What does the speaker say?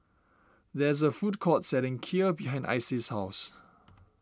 there is a food court selling Kheer behind Icy's house